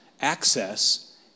access